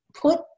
put